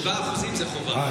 7% זה חובה.